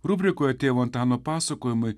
rubrikoje tėvo antano pasakojimai